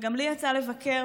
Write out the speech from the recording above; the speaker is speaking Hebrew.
וגם לי יצא לבקר,